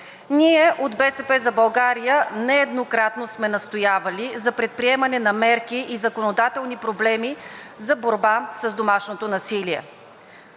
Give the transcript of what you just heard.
Ние от „БСП за България“ нееднократно сме настоявали за предприемане на мерки и законодателни проблеми за борба с домашното насилие.